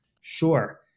Sure